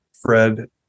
Fred